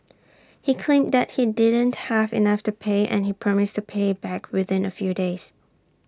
he claimed that he didn't have enough to pay and promised to pay back within A few days